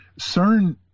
CERN